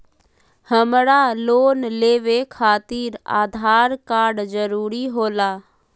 हमरा लोन लेवे खातिर आधार कार्ड जरूरी होला?